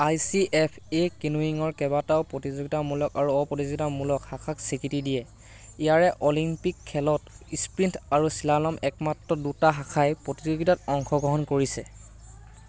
ICFA কেনুইঙৰ কেইবাটাও প্ৰতিযোগিতামূলক আৰু অপ্ৰতিযোগিতামূলক শাখাক স্বীকৃতি দিয়ে ইয়াৰে অলিম্পিক খেলত স্প্ৰিণ্ট আৰু স্লালম একমাত্ৰ দুটা শাখাই প্ৰতিযোগিতাত অংশগ্ৰহণ কৰিছে